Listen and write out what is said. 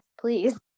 please